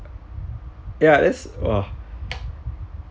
ya let's !wah!